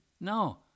No